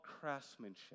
craftsmanship